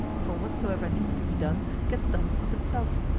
for whatsoever needs to be done gets done of itself.